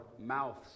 mouths